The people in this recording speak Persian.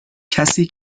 کسی